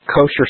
kosher